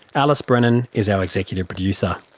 alice brennan is our executive producer.